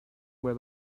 where